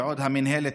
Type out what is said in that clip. ועוד המינהלת,